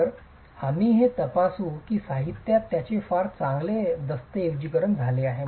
तर आम्ही हे तपासू की साहित्यात त्याचे फार चांगले दस्तऐवजीकरण झाले आहे